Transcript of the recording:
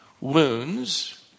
wounds